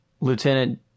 Lieutenant